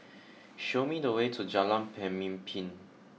show me the way to Jalan Pemimpin